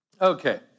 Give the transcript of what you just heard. Okay